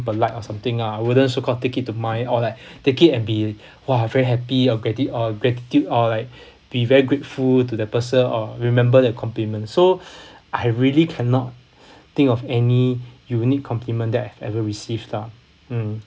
polite or something lah I wouldn't so called take it to mind or like take it and be !wah! very happy of grati~ or gratitude or like be very grateful to the person or remember the compliment so I really cannot think of any unique complement that I have ever received lah mm